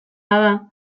bada